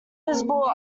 visible